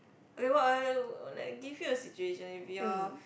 okay what like give you a situation if your